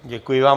Děkuji vám.